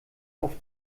auf